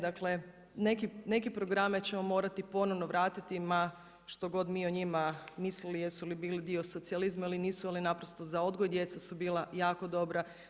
Dakle, neke programe ćemo morati ponovno vratiti ma što god mi o njima mislili jesu li bili dio socijalizma ili nisu, ali naprosto za odgoj djece su bila jako dobra.